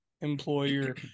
employer